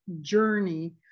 journey